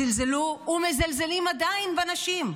זלזלו ומזלזלים עדיין בנשים.